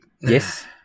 yes